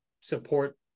support